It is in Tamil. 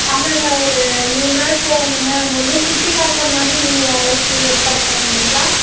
ஆமாம்ங்க ஒரு மூந்நாள் போகணும்ங்க அங்கே வந்து சுற்றி காட்டுற மாதிரி நீங்கள் யாரைச்சும் ஏற்பாடு பண்ணிடுறீங்களா